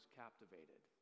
captivated